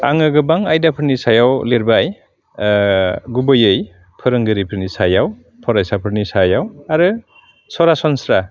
आङो गोबां आयदाफोरनि सायाव लिरबाय गुबैयै फोरोंगिरिफोरनि सायाव फरायसाफोरनि सायाव आरो सरासनस्रा